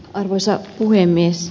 arvoisa puhemies